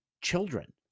children